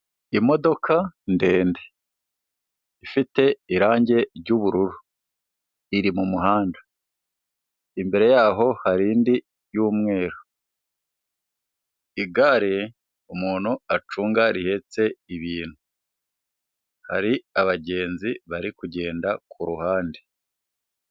Imodoka ndende ifite irangi ry'ubururu, iri mu muhanda, imbere yaho hari indi y'umweru, igare umuntu acunga rihetse ibintu, hari abagenzi bari kugenda ku ruhande.